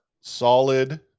solid